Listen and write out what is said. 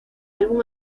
álbum